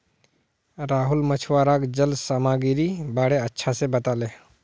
राहुल मछुवाराक जल सामागीरीर बारे अच्छा से बताले